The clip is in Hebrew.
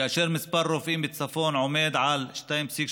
כאשר מספר הרופאים בצפון עומד על 2.3